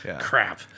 crap